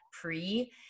pre